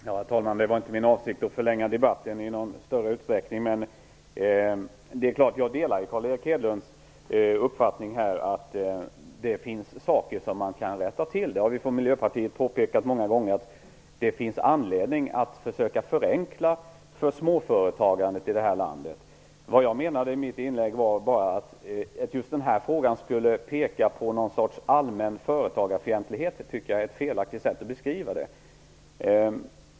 Herr talman! Det var inte min avsikt att förlänga debatten i någon större utsträckning. Jag delar Carl Erik Hedlunds uppfattning att det finns saker som kan rättas till. Vi har från Miljöpartiet påpekat många gånger att det finns anledning att försöka förenkla för småföretagandet i det här landet. Vad jag menade med mitt inlägg var att det är fel att beskriva det så att just den här regeln skulle vara ett uttryck för någon sorts allmän företagarfientlighet.